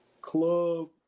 club